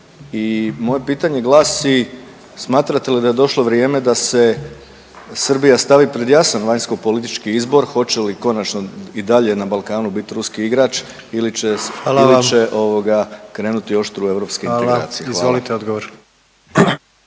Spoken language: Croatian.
moje pitanje glasi smatrate li da je došlo vrijeme da se Srbija stavi pred jasan vanjskopolitički izbor hoće li konačno i dalje na Balkanu bit ruski igrač ili će …/Upadica predsjednik: Hvala vam/…ili će ovoga